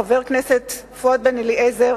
חבר הכנסת פואד בן-אליעזר,